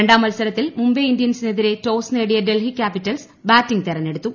രണ്ടാം മത്സരത്തിൽ മുംബൈ ഇന്ത്യൻസിനെതിരെ ടോസ് നേടിയ ഡൽഹി ക്യാപ്പിറ്റൽസ് ബാറ്റിംഗ് തെര്ഞ്ഞെടുത്തു